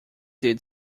did